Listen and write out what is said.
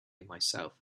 myself